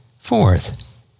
Fourth